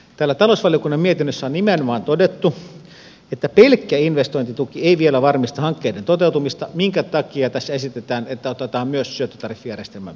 täällä talousvaliokunnan mietinnössä on nimenomaan todettu että pelkkä investointituki ei vielä varmista hankkeiden toteutumista minkä takia tässä esitetään että otetaan myös syöttötariffijärjestelmän piiriin